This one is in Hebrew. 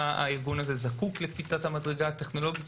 הארגון הזה זקוק לקפיצת המדרגה הטכנולוגית.